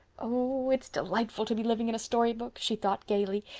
oh, it's delightful to be living in a storybook, she thought gaily.